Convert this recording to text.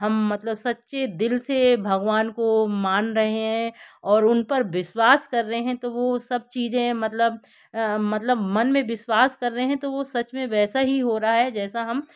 हम मतलब सच्चे दिल से भगवान को मान रहे हैं और उन पर विश्वास कर रहे हैं तो वो सब चीज़ें मतलब मन में विश्वास कर रहे हैं तो वो सच में वैसा ही हो रहा है जैसा हम